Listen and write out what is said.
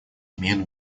имеют